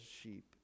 sheep